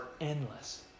endless